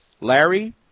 Larry